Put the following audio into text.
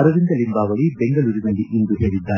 ಅರವಿಂದ ಲಿಂಬಾವಳಿ ಬೆಂಗಳೂರಿನಲ್ಲಿಂದು ಹೇಳಿದ್ದಾರೆ